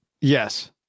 Yes